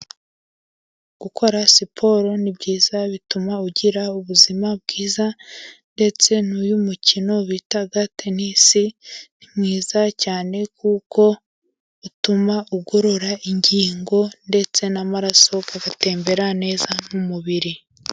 Gukora siporo ni byiza bituma ugira ubuzima bwiza, ndetse n'uyu mukino bita tenisi ni mwiza cyane kuko utuma ugorora ingingo ndetse n'amaraso agatembera neza mu mubiri.